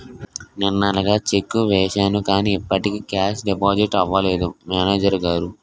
నిన్ననగా చెక్కు వేసాను కానీ ఇప్పటికి కేషు డిపాజిట్ అవలేదు మేనేజరు గారు